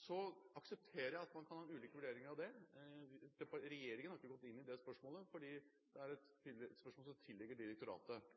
Så aksepterer jeg at man kan ha ulike vurderinger av det. Regjeringen har ikke gått inn i det spørsmålet, fordi det er et spørsmål som tilligger direktoratet.